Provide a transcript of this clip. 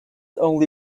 only